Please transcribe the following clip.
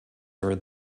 are